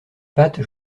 pattes